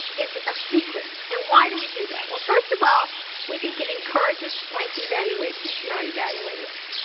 is a secret and why do we do that? well, first of all, we think it encourages frank evaluations from our evaluators,